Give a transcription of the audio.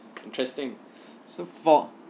interesting so far